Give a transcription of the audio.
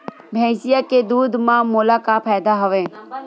भैंसिया के दूध म मोला का फ़ायदा हवय?